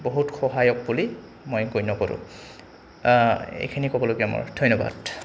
বহুত সহায়ক বুলি মই গণ্য কৰোঁ এইখিনি ক'বলগীয়া মোৰ ধন্যবাদ